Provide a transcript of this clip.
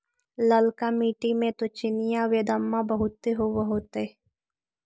ललका मिट्टी मे तो चिनिआबेदमां बहुते होब होतय?